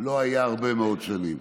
לא היה הרבה מאוד שנים.